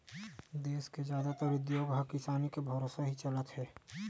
देस के जादातर उद्योग ह किसानी के भरोसा ही चलत हे